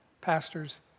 pastors